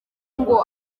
ngo